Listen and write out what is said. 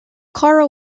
clara